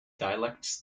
dialects